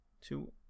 two